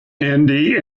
andy